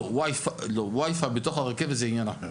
Wifi בתוך הרכבת זה עניין אחר.